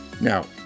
Now